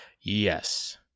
Yes